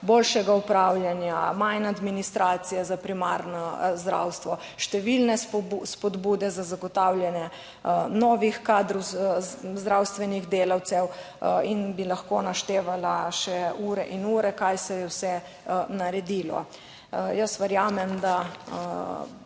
boljšega upravljanja, manj administracije za primarno zdravstvo, številne spodbude za zagotavljanje novih kadrov, zdravstvenih delavcev in bi lahko naštevala še ure in ure, kaj se je vse naredilo. Jaz verjamem, da